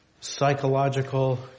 psychological